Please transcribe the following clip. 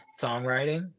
songwriting